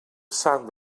sant